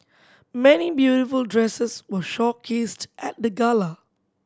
many beautiful dresses were showcased at the gala